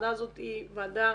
הוועדה הזאת היא ועדה